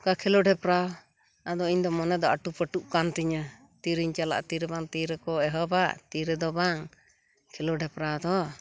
ᱚᱱᱠᱟ ᱠᱷᱮᱞᱳᱰ ᱦᱮᱯᱨᱟᱣ ᱟᱫᱚ ᱤᱧᱫᱚ ᱢᱚᱱᱮᱫᱚ ᱟᱴᱩᱯᱟᱴᱩᱜ ᱠᱟᱱ ᱛᱤᱧᱟ ᱛᱤᱨᱮᱧ ᱪᱟᱞᱟᱜᱼᱟ ᱛᱤᱨᱮ ᱵᱟᱝ ᱛᱤᱨᱮᱠᱚ ᱮᱦᱚᱵᱟ ᱛᱤᱨᱮᱫᱚ ᱵᱟᱝ ᱠᱷᱮᱞᱳᱰ ᱦᱮᱯᱨᱟᱣᱫᱚ